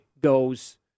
goes